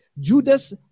Judas